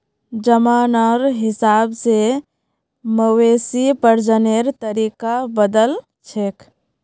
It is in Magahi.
जमानार हिसाब से मवेशी प्रजननेर तरीका बदलछेक